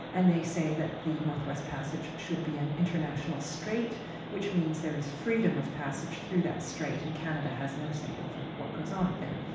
and they say that the north west passage should be an international strait which means there is freedom of passage through that strait and canada has no say over what goes on up there.